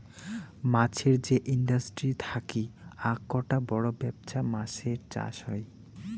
মাছের যে ইন্ডাস্ট্রি থাকি আককটা বড় বেপছা মাছের চাষ হই